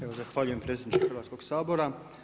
Evo zahvaljujem predsjedniče Hrvatskog sabora.